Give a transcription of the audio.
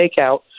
takeout